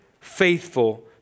faithful